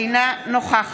אינה נוכחת